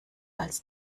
als